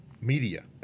media